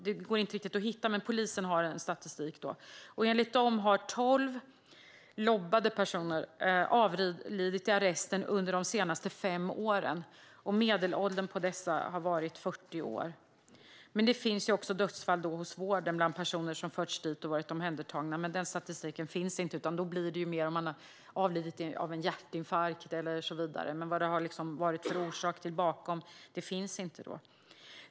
Detta går inte att hitta, men polisen har en statistik. Enligt den har tolv LOB:ade personer avlidit i arresten under de senaste fem åren, och medelåldern på dessa har varit 40 år. Det finns dödsfall även hos vården bland personer som har förts dit när de varit omhändertagna, men den statistiken finns inte - där blir det i stället mer om man har avlidit av en hjärtinfarkt och så vidare, men orsaken bakom finns inte med.